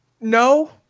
No